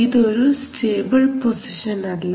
ഇത് ഒരു stable position അല്ല